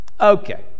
Okay